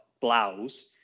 blouse